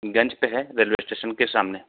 गंज पे है railway station के सामने